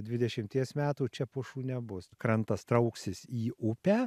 dvidešimties metų čia pušų nebus krantas trauksis į upę